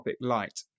light